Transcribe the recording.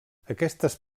aquestes